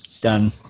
done